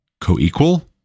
co-equal